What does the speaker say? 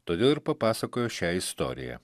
todėl ir papasakojo šią istoriją